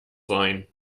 sein